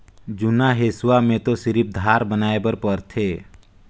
जुन्ना हेसुआ में तो सिरिफ धार बनाए बर परथे